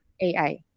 AI